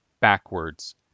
Backwards